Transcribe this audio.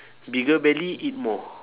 bigger belly eat more